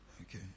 Okay